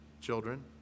children